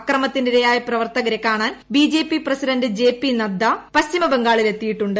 ആക്രമണത്തിനിരയായ പ്രവർത്തകരെ കാണാൻ BJP president J P Nadda പശ്ചിമ ബംഗാളിൽ എത്തിയിട്ടുണ്ട്